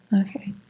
Okay